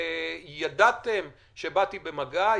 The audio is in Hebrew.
ידעתם שבאתי במגע,